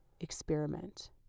Experiment